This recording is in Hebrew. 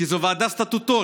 כי זו ועדה סטטוטורית.